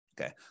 Okay